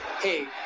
Hey